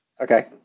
Okay